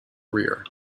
rear